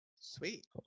Sweet